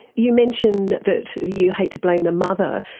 you mentioned that you hate to blame the mother.